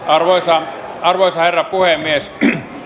arvoisa arvoisa herra puhemies